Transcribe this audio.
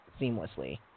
seamlessly